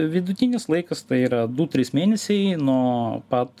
vidutinis laikas tai yra du trys mėnesiai nuo pat